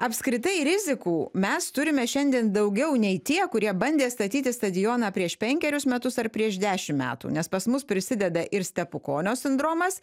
apskritai rizikų mes turime šiandien daugiau nei tie kurie bandė statyti stadioną prieš penkerius metus ar prieš dešim metų nes pas mus prisideda ir stepukonio sindromas